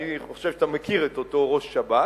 אני חושב שאתה מכיר את אותו ראש שב"כ.